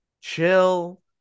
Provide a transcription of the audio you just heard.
chill